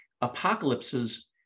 apocalypses